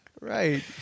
Right